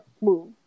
Move